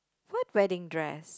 what wedding dress